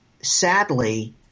sadly